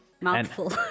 mouthful